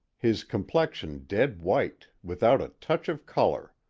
his complexion dead-white, without a touch of color.